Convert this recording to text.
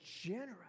generous